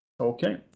Okay